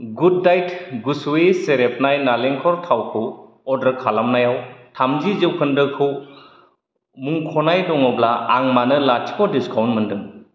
good diet गुसुयै सेरेबनाय नालेंखर थावखौ अर्डार खालामनायाव थामजि जौखोन्दोखौ मुंखनाय दङब्ला आं मानो लाथिख' डिसकाउन्ट मोनदों